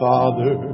Father